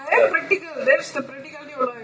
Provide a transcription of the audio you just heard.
I am practical that's the practical idea lah